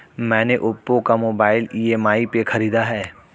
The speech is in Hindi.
मैने ओप्पो का मोबाइल ई.एम.आई पे खरीदा है